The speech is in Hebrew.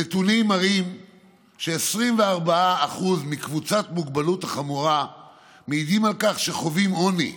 הנתונים מראים ש-24% מקבוצת המוגבלות החמורה מעידים שהם חווים עוני,